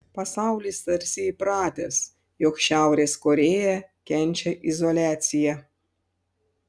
pasaulis tarsi įpratęs jog šiaurės korėja kenčia izoliaciją